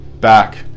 back